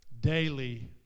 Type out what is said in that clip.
Daily